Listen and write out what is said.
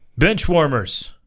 Benchwarmers